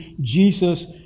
Jesus